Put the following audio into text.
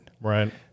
Right